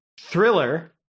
thriller